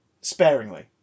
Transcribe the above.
sparingly